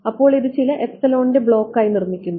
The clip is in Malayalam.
അതിനാൽ ഇത് ചില ൻറെ ബ്ലോക്കായി നിർമ്മിക്കുന്നു